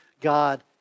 God